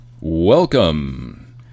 Welcome